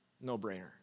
no-brainer